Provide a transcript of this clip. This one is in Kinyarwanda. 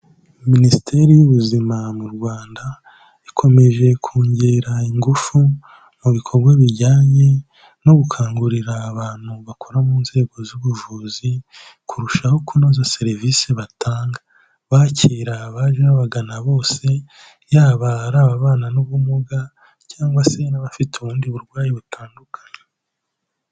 Minisiteri y'Ubuzima mu Rwanda, ikomeje kongera ingufu mu bikorwa bijyanye no gukangurira abantu bakora mu nzego z'ubuvuzi, kurushaho kunoza serivisi batanga, bakira abaje babagana bose, yaba ari ababana n'ubumuga cyangwa se n'abafite ubundi burwayi butandukanye.